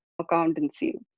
accountancy